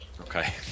Okay